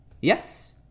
Yes